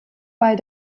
bei